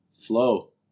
flow